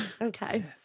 Okay